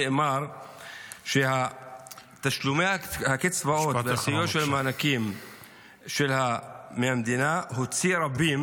נאמר שתשלומי הקצבאות והסיוע של המענקים מהמדינה הוציאו רבים